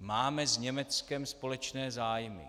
máme s Německem společné zájmy.